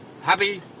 happy